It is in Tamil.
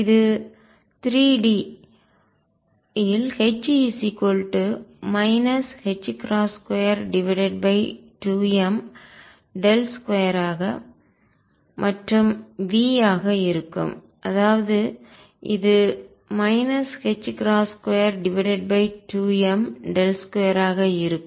இது 3 D 3 டைமென்ஷன்இல் H 22m 2 2 லாப்லாசியன் மற்றும் V ஆக இருக்கும் அதாவது இது 22m 2 ஆக இருக்கும்